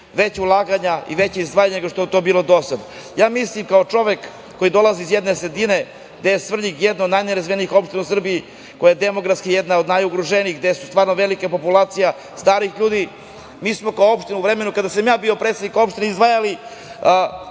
veća ulaganja i veća izdvajanja nego što je to bilo do sada. Ja mislim kao čovek koji dolazi iz jedne sredine, gde je Svrljig jedna od najnerazvijenijih opština u Srbiji, koja je demografski jedna od najugroženijih, gde je stvarno velika populacija starijih ljudi, mi smo kao opština u vremenu kada sam ja bio predsednik opštine izdvajali